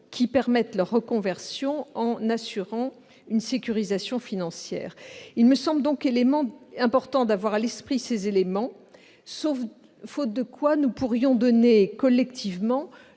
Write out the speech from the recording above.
permettant leur reconversion en assurant une sécurisation financière. Il me semble donc important d'avoir à l'esprit ces éléments, faute de quoi nous pourrions donner collectivement